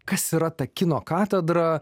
kas yra ta kino katedra